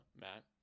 Matt